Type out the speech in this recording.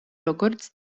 როგორც